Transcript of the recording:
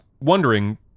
wondering